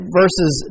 verses